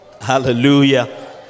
Hallelujah